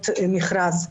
מכרז.